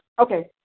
Okay